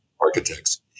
architects